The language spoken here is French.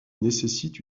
nécessite